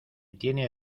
tiene